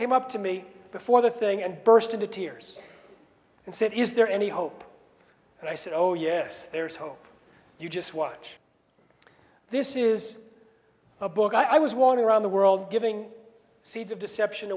came up to me before the thing and burst into tears and said is there any hope and i said oh yes there is hope you just watch this is a book i was wanting around the world giving seeds of deception